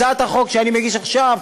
הצעת החוק שאני מגיש עכשיו,